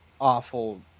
awful